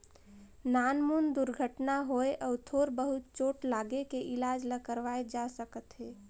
नानमुन दुरघटना होए अउ थोर बहुत चोट लागे के इलाज ल करवाए जा सकत हे